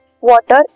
water